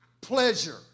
pleasure